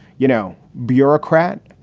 you know, bureaucrat.